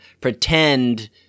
pretend